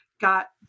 got